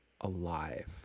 alive